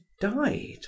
died